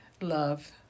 love